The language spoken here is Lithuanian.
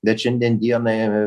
bet šiandien dienai